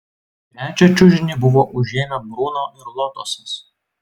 trečią čiužinį buvo užėmę bruno ir lotosas